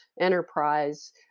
enterprise